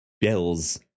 Bill's